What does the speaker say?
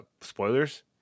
spoilers